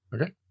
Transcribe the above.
Okay